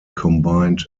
combined